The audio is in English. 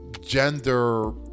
gender